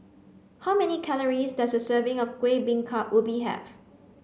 how many calories does a serving of Kueh Bingka Ubi have